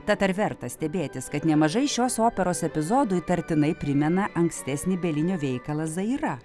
tad ar verta stebėtis kad nemažai šios operos epizodų įtartinai primena ankstesnį bielinio veikalą zaira